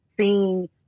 seeing